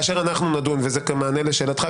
וזה במענה לשאלתך,